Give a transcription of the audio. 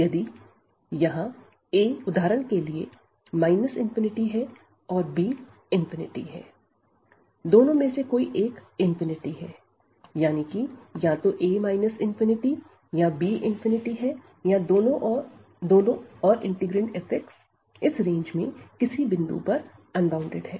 यदि यह a उदाहरण के लिए ∞ है और b है दोनों में से कोई एक है यानी कि या तो a ∞ या b∞ है या दोनों और इंटीग्रैंड f इस रेंज में किसी बिंदु पर अनबॉउंडेड है